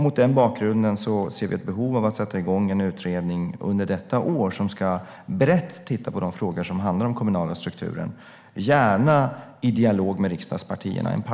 Mot den bakgrunden ser vi ett behov av att under detta år sätta igång en parlamentarisk utredning där man tittar brett på de frågor som handlar om den kommunala strukturen, gärna i dialog med riksdagspartierna.